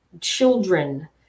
children